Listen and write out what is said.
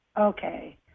Okay